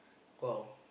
go out